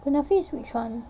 kunafe is which one